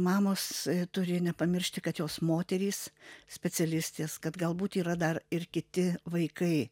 mamos turi nepamiršti kad jos moterys specialistės kad galbūt yra dar ir kiti vaikai